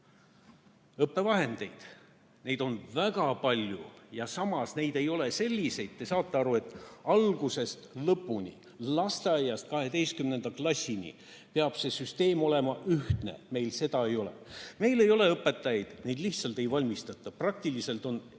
õppevahendeid. Neid on väga palju ja samas neid ei ole selliseid, et te saate aru algusest lõpuni. Lasteaiast 12. klassini peab see süsteem olema ühtne, meil seda ei ole. Meil ei ole õpetajaid, neid lihtsalt ei valmistata ette. Praktiliselt on